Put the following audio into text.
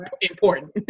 important